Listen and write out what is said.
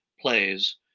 plays